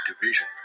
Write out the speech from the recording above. division